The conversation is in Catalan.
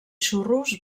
xurros